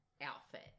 outfit